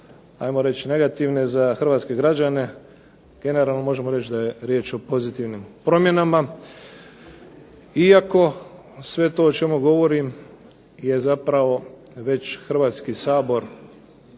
reći negativne za hrvatske građane. Generalno možemo reći da je riječ o pozitivnim promjenama, iako sve to o čemu govorim je zapravo već Hrvatski sabor